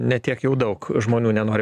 ne tiek jau daug žmonių nenori